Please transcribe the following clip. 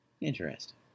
Interesting